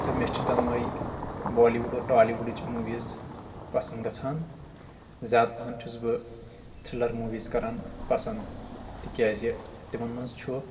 تہٕ مےٚ چھِ دۄنوَے بولی وُڈ اور ٹولی وُڈٕچ موٗویٖز پسنٛد گژھان زیادٕ پہم چھُس بہٕ تھرلر موٗویٖز کران پسنٛد تِکیٛازِ تِمن منٛز چھُ